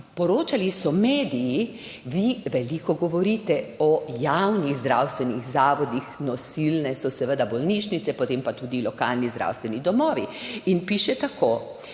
poročali so mediji, vi veliko govorite o javnih zdravstvenih zavodih, nosilne so seveda bolnišnice, potem pa tudi lokalni zdravstveni domovi. In piše tako,